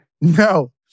No